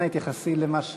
אנא התייחסי למה שנשאל.